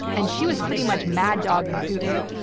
and she was pretty much mad-dogging putin,